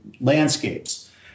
landscapes